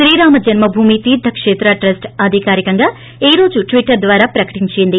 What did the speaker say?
Srirama Janmabhoomi Teertha Kshetra trust అధికారికంగా ఈ రోజు ట్విట్టర్ ద్వారా ప్రకటించింది